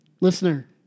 listener